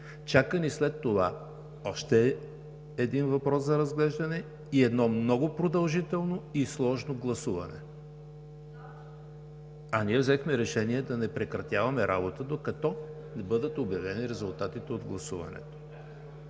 Чака ни след това още един въпрос за разглеждане и едно много продължително и сложно гласуване. (Реплики.) Ние взехме решение да не прекратяваме работа, докато не бъдат обявени резултатите от гласуването.